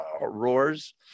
roars